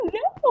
no